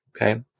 Okay